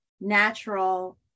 natural